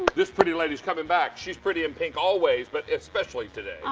this pretty lady is coming back. she is pretty in pink always, but especially today.